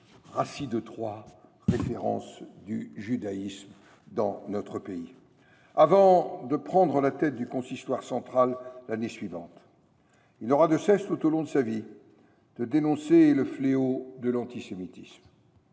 Rachi de Troyes, référence du judaïsme dans notre pays – avant de prendre la tête du Consistoire central l’année suivante. Il n’aura de cesse, tout au long de sa vie, de dénoncer le fléau de l’antisémitisme.